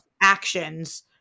actions—